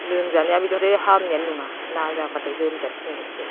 लोमजानाया बेदिब्लाथाय हामनायानो नङा ना जाब्लाथाय लोमजासिनोसो